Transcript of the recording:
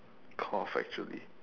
cough actually